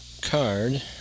card